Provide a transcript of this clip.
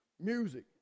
music